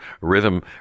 rhythm